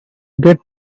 get